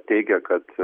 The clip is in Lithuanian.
teigia kad